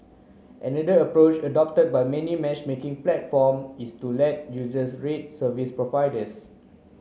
another approach adopted by many matchmaking platform is to let users rate service providers